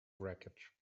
wreckage